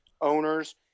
owners